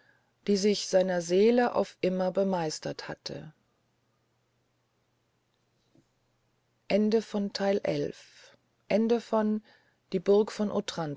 die sich seiner seele auf immer bemeistert hatte